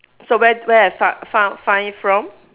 so where where I fi~ fou~ find from